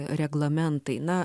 reglamentai na